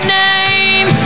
name